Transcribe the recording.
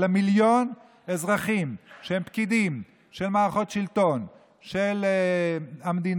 אלא מיליון אזרחים שהם פקידים של מערכות השלטון של המדינה,